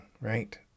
right